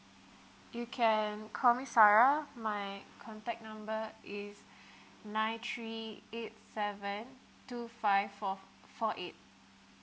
you can call me sarah my contact number is nine three eight seven two five four four eight